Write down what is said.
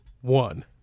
one